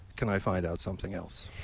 can i find out something else?